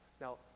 Now